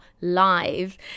live